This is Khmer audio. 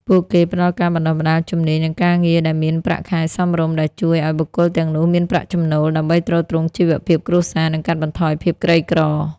ពួកគេផ្តល់ការបណ្តុះបណ្តាលជំនាញ និងការងារដែលមានប្រាក់ខែសមរម្យ ដែលជួយឲ្យបុគ្គលទាំងនោះមានប្រាក់ចំណូល ដើម្បីទ្រទ្រង់ជីវភាពគ្រួសារ និងកាត់បន្ថយភាពក្រីក្រ។